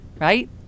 right